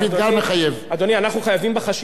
משום שהעולם שלנו הוא עולם משתנה.